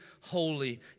holy